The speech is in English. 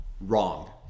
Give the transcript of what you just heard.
Wrong